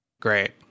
great